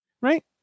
Right